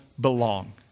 belong